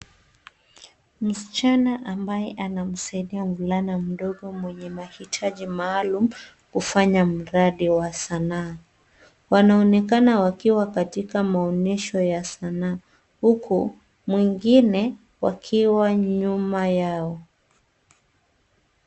Msichana ambaye anamsaidia mvulana mdogo mwenye mahitaji maalum kufanya mradi wa sanaa. Wanaonekana wakiwa katika maonyesho ya sanaa, huku mwingine wakiwa nyuma yao.